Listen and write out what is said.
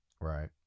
right